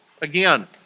Again